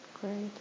great